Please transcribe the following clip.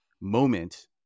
moment